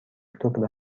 اکتبر